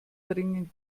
bringen